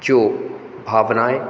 जो भावनाएँ